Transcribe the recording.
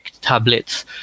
tablets